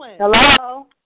Hello